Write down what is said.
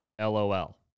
Lol